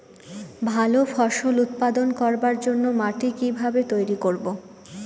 ভালো ফসল উৎপাদন করবার জন্য মাটি কি ভাবে তৈরী করব?